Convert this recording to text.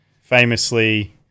famously